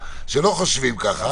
אבל,